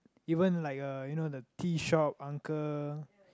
even like uh you know the tea shop uncle